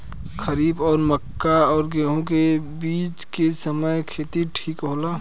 खरीफ और मक्का और गेंहू के बीच के समय खेती ठीक होला?